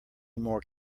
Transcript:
more